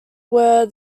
were